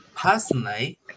personally